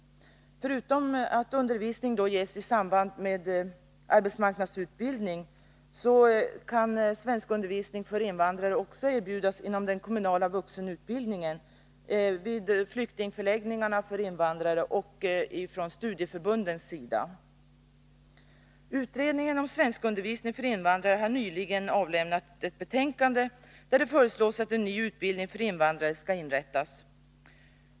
Förutom att svenskundervisning för invandrare ges i samband med arbetsmarknadsutbildning kan sådan undervisning erbjudas också inom den kommunala vuxenutbildningen, vid flyktingförläggningarna och från studieförbundens sida. Utredningen om svenskundervisning för invandrare har nyligen avlämnat ett betänkande där det föreslås att en ny utbildning för invandrare skall inrättas.